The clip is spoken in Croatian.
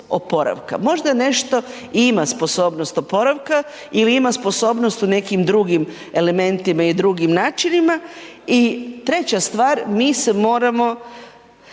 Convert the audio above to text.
Možda nešto i ima sposobnost oporavka i ima sposobnost u nekim drugim elementima i drugim načinima i 3. stvar, mi se moramo